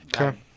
okay